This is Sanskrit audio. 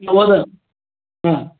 महोदय हा